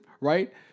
right